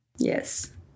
Yes